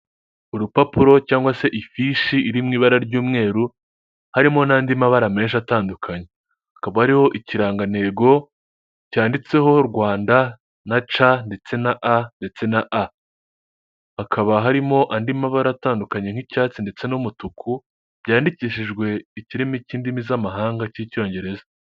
Urupapuro cyangwa se ifishi iri mu ibara ry'umweru harimo n'andi mabara menshi atandukanye, hakaba ariho ikirangantego cyanditseho Rwanda na c ndetse na a ndetse na a. Hakaba harimo andi mabara atandukanye nk'icyatsi ndetse n'umutuku byandikishijwe ikirimi cy'indimi z'amahanga cy'icyongereza.